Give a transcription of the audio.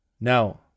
now